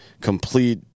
complete